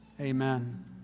Amen